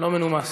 לא מנומס.